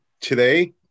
today